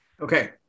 Okay